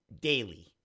daily